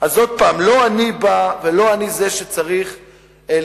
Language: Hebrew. אז עוד פעם, לא אני בא ולא אני זה שצריך לשפוט,